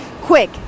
quick